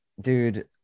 dude